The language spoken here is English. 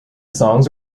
songs